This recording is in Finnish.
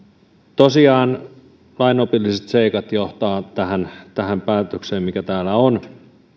tosiaan lainopilliset seikat johtavat tähän tähän päätökseen mikä täällä on